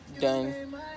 done